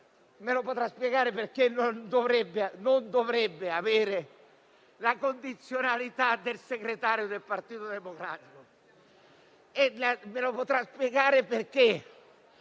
non dovrebbe avere la condizionalità del segretario del Partito Democratico.